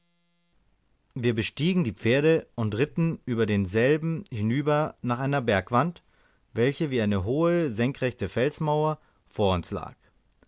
wir bestiegen die pferde und ritten über denselben hinüber nach einer bergwand welche wie eine hohe senkrechte felsenmauer vor uns lag